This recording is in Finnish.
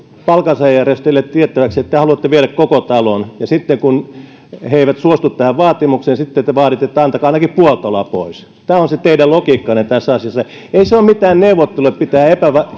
palkansaajajärjestöille tiettäväksi että te haluatte viedä koko talon ja sitten kun he eivät suostu tähän vaatimukseen te vaaditte että antakaa ainakin puoli taloa pois tämä on teidän logiikkanne tässä asiassa ei se ole mitään neuvottelua että pitää